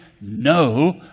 no